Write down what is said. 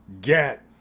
get